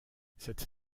cette